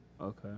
Okay